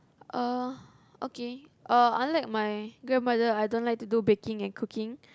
uh okay uh unlike my grandmother I don't like to do baking and cooking